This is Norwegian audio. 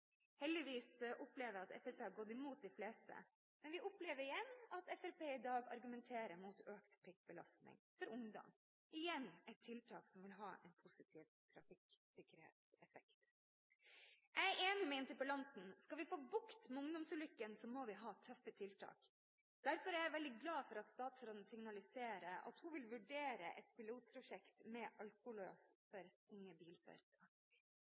Heldigvis opplever vi at man har gått imot de fleste. Men vi opplever igjen at Fremskrittspartiet i dag argumenterer mot økt prikkbelastning for ungdom – igjen mot et tiltak som vil ha en positiv trafikksikkerhetseffekt. Jeg er enig med interpellanten i at skal vi få bukt med ungdomsulykkene, må vi ha tøffe tiltak. Derfor er jeg veldig glad for at statsråden signaliserer at hun vil vurdere et pilotprosjekt med